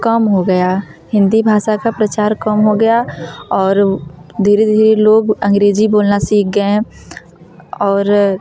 कम हो गया हिंदी भाषा का प्रचार कम हो गया और धीरे धीरे लोग अंग्रेज़ी बोलना सीख गए हैं और